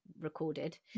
recorded